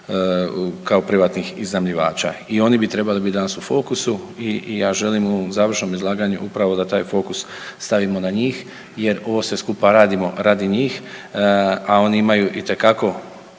kao privatnih iznajmljivača. I oni bi trebali biti danas u fokusu i ja želim u ovom završnom izlaganju upravo da taj fokus stavimo na njih jer ovo sve skupa radimo radi njih, a oni imaju itekako